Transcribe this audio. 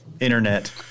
Internet